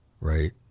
right